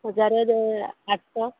ହଜାରେରେ ଆଠଶହ